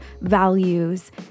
values